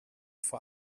vor